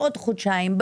בעוד חודשיים,